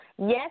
Yes